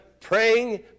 praying